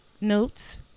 notes